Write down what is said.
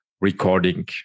recording